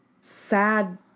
sad